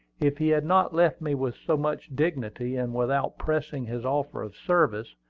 if he had not left me with so much dignity, and without pressing his offer of service,